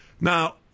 Now